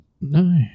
No